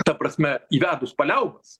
ta prasme įvedus paliaubas